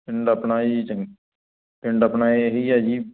ਪਿੰਡ ਆਪਣਾ ਜੀ ਚੰਗ ਪਿੰਡ ਆਪਣਾ ਇਹ ਹੀ ਹੈ ਜੀ